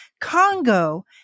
Congo